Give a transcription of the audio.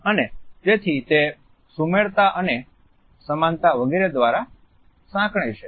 અને તેથી તે સુમેળતા અને સમાનતા વગેરે દ્વારા સાંકળે છે